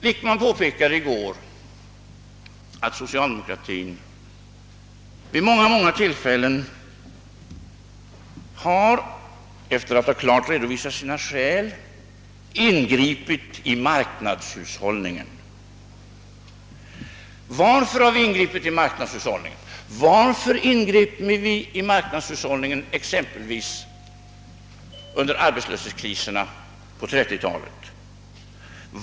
Herr Wickman påpekade i går att socialdemokratin vid många tillfällen har ingripit i marknadshushållningen efter att klart ha redovisat sina skäl. Varför ingrep vi i marknadshushållningen exempelvis under arbetslöshetskriserna på 1930-talet?